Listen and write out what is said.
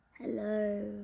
Hello